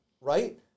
right